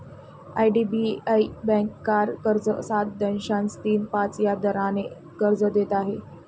IDBI bank car कर्ज सात दशांश तीन पाच या दराने कर्ज देत आहे